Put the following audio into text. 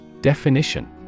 Definition